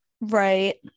right